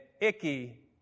icky